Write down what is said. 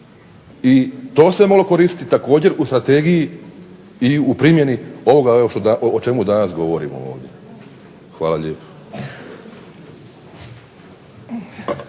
i to se moglo koristiti također u strategiji i u primjeni ovoga evo o čemu danas govorimo ovdje. Hvala lijepo.